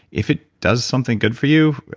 if it does something good for you,